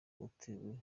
utewe